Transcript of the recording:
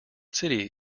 city